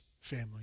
family